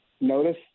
notice